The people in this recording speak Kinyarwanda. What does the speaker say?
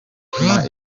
gutuma